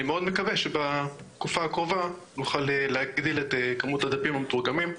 אני מאוד מקווה שבתקופה הקרובה נוכל להגדיל את כמות הדפים המתורגמים,